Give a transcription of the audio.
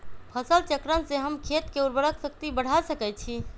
फसल चक्रण से हम खेत के उर्वरक शक्ति बढ़ा सकैछि?